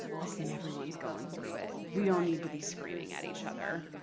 listen, everyone's going through it. we don't need to be screaming at each other.